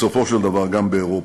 בסופו של דבר, גם באירופה.